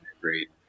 great